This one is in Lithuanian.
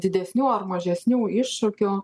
didesnių ar mažesnių iššūkių